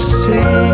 see